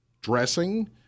dressing